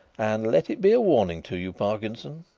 and let it be a warning to you, parkinson,